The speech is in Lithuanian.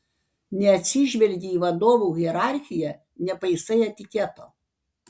neatsižvelgi į vadovų hierarchiją nepaisai etiketo